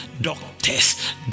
doctors